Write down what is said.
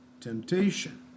temptation